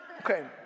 Okay